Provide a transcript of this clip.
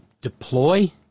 deploy